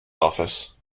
office